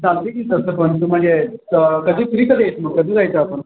चालत आहे की तसं पण तू म्हणजे कधी फ्री कधी आहेस मग कधी जायचं आपण